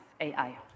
AI